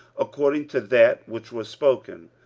according to that which was spoken,